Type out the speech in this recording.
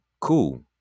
Cool